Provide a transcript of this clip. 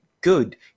good